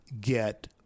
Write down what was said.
get